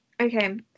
okay